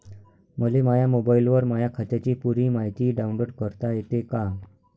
मले माह्या मोबाईलवर माह्या खात्याची पुरी मायती डाऊनलोड करता येते का?